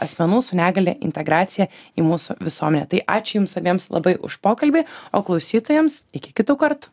asmenų su negalia integraciją į mūsų visuomenę tai ačiū jums abiems labai už pokalbį o klausytojams iki kitų kartų